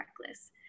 reckless